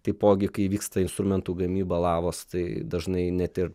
taipogi kai vyksta instrumentų gamyba lavos tai dažnai net ir